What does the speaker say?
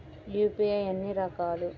UPI ఎన్ని రకాలు?